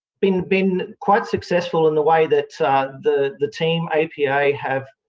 been been quite successful in the way that the the team, apa, have